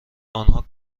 آنها